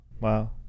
Wow